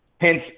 hence